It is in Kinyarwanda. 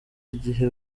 igihe